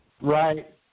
Right